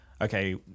okay